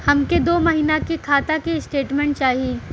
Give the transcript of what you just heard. हमके दो महीना के खाता के स्टेटमेंट चाही?